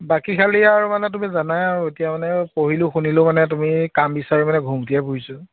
বাকী খালী আৰু মানে তুমি জানাই আৰু এতিয়া মানে পঢ়িলোঁ শুনিলোঁ মানে তুমি কাম বিচাৰি মানে ঘূৰ্মূতিয়াই ফুৰিছোঁ